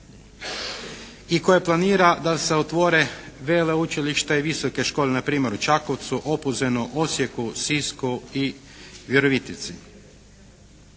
i koje planira da se otvore veleučilišta i visoke škole. Na primjer u Čakovcu, Opuzenu, Osijeku, Sisku i Virovitici.